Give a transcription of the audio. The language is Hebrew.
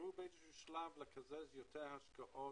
אפשרו באיזשהו שלב לקזז יותר השקעות